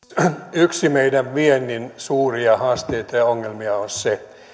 yksi meidän viennin suuria haasteita ja ongelmia on se